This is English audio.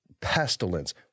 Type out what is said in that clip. pestilence